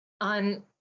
on